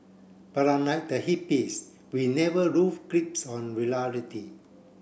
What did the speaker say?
but unlike the hippies we never lose grips on reality